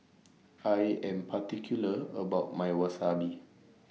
I Am particular about My Wasabi